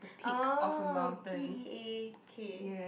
oh p_e_a_k